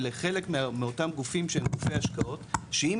אלה חלק מאותם גופים שהם גופי השקעות שאם